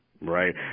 right